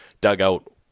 dugout